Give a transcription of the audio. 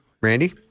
Randy